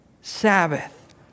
Sabbath